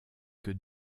que